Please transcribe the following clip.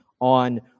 on